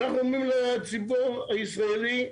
ואנחנו אומרים לציבור הישראלים,